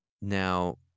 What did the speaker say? Now